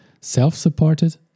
self-supported